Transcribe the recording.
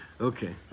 Okay